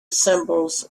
cymbals